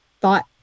thought